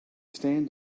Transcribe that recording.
stand